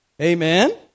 Amen